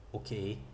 okay